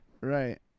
Right